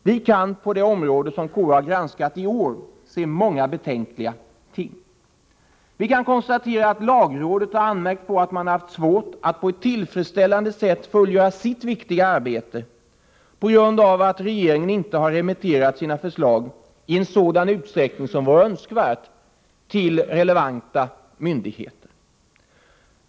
Vi kan på det område som KU har granskat i år se många betänkliga ting. Vi kan konstatera att lagrådet har anmärkt på att man har haft svårt att på ett tillfredsställande sätt fullgöra sitt betydelsefulla arbete på grund av att regeringen inte har remitterat sina förslag till relevanta myndigheter i en sådan utsträckning som vore önskvärd.